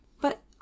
But